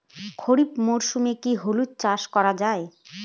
খরিফ মরশুমে কি হলুদ চাস করা য়ায়?